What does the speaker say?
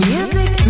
Music